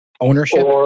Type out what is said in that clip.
Ownership